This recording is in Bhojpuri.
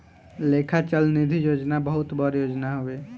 लेखा चल निधी योजना बहुत बड़ योजना हवे